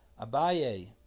Abaye